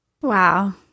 Wow